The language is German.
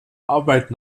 arbeit